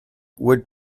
wood